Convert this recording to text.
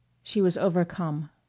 she was overcome.